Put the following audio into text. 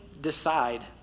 decide